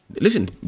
Listen